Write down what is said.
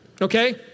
Okay